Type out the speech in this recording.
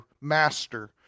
master